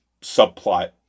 subplot